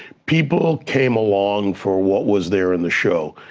people came along for what was there in the show,